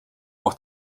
auch